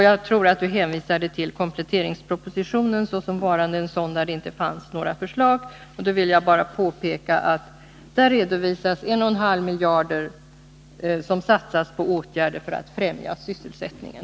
Jag tror att det var kompletteringspropositionen som Frida Berglund hänvisade till som ett exempel på att det saknades förslag, och jag vill då bara påpeka att det i den propositionen föreslagits 1,5 miljarder att satsas på åtgärder för att främja sysselsättningen.